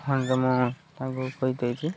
ହଁ ତ ମୁଁ ତାଙ୍କୁ କହିଦେଇଛି